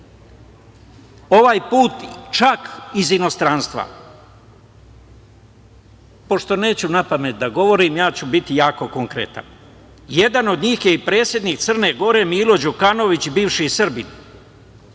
ovaj put čak iz inostranstva. Pošto neću napamet da govorim, ja ću biti jako konkretan. Jedan od njih je i predsednik Crne Gore, Milo Đukanović, bivši Srbin,